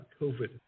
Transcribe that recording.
COVID